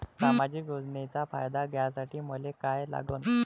सामाजिक योजनेचा फायदा घ्यासाठी मले काय लागन?